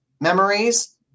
memories